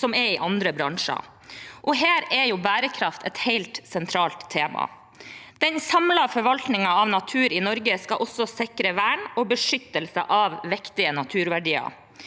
som er i andre bransjer. Her er bærekraft et helt sentralt tema. Den samlede forvaltningen av natur i Norge skal også sikre vern og beskyttelse av viktige naturverdier.